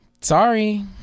sorry